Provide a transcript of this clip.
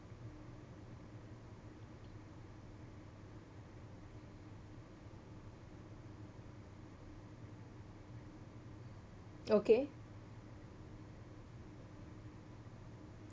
okay